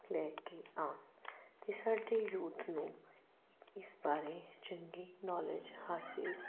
ਲੈ ਕੇ ਆਉਣ ਅਤੇ ਸਾਡੇ ਯੂਥ ਨੂੰ ਇਸ ਬਾਰੇ ਚੰਗੀ ਨੌਲੇਜ ਹਾਸਿਲ